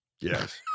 Yes